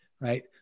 right